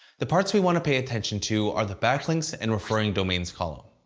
the parts we want to pay attention to are the backlinks and referring domains columns.